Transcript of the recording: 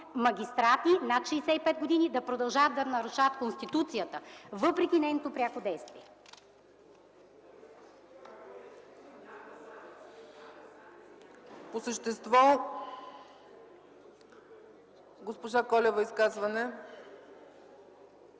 магистрати над 65 години да продължават да нарушават Конституцията въпреки нейното пряко действие.